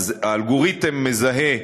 אז האלגוריתם מזהה,